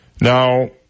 Now